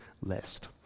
list